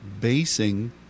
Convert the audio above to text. basing